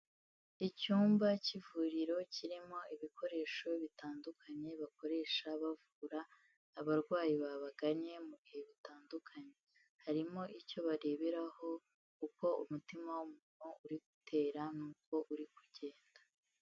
Icyumba k'ivuriro kirimo ibikoresho bitandukanye bakoresha bavura abarwayi babaganye mu bihe bitandukanye, harimo icyo bareberaho uko umutima w'umuntu uri gutera n'uko uri kugenda.